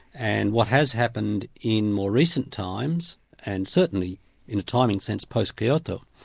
and what has happened in more recent times and certainly in a timing sense, post-kyoto,